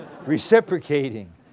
reciprocating